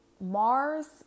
Mars